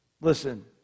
Listen